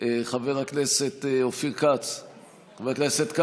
חבר הכנסת אופיר כץ,